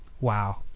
Wow